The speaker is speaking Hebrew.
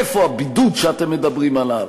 איפה הבידוד שאתם מדברים עליו?